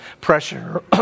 pressure